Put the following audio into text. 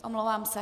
Omlouvám se.